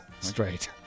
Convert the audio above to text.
Straight